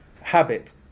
habit